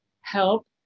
help